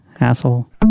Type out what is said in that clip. asshole